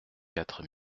quatre